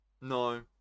No